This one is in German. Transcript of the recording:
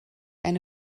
eine